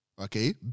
Okay